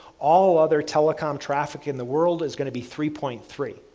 all other telecom traffic in the world is going to be three point three.